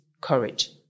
courage